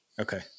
Okay